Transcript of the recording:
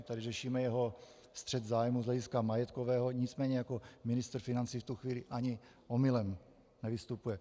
My tady řešíme jeho střet zájmů z hlediska majetkového, nicméně jako ministr financí v tu chvíli ani omylem nevystupuje.